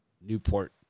Newport